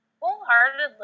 wholeheartedly